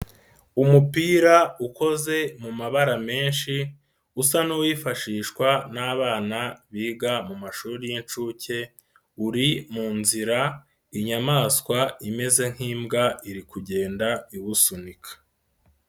Umupira ukoze mu mabara menshi, usa n'uwifashishwa n'abana biga mu mashuri y'incuke, uri mu nzira, inyamaswa imeze nk'imbwa iri kugenda iwusunika.